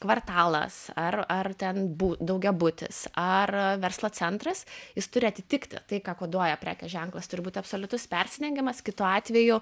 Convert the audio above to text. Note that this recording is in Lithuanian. kvartalas ar ar ten bu daugiabutis ar verslo centras jis turi atitikti tai ką koduoja prekės ženklas turi būt absoliutus persidengimas kitu atveju